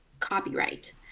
copyright